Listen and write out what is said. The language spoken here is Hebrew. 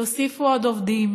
תוסיפו עוד עובדים